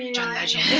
yeah john legend.